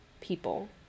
people